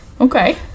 Okay